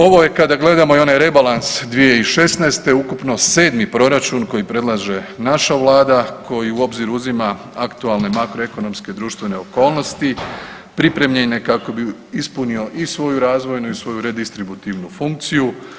Ovo je, kada gledamo i onaj rebalans 2016. ukupno 7. proračun koji predlaže naša Vlada, koju u obzir uzima aktualne makroekonomske društvene okolnosti, pripremljene kako bi ispunio i svoju razvojnu i svoju redistributivnu funkciju.